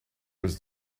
was